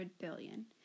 billion